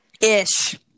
Ish